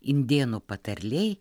indėnų patarlėj